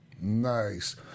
Nice